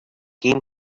came